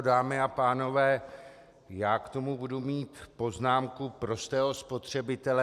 Dámy a pánové, já k tomu budu mít poznámku prostého spotřebitele.